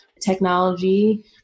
technology